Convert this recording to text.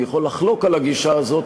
אני יכול לחלוק על הגישה הזאת,